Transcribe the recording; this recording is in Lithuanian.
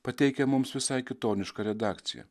pateikia mums visai kitonišką redakciją